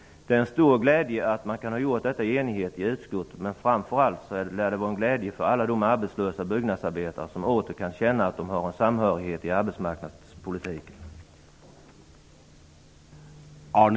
Det är en stor glädje att vi kunnat göra detta i enighet i utskottet. Framför allt lär det bli till glädje för alla de arbetslösa byggnadsarbetare som åter kan känna att de har en samhörighet på arbetsmarknaden.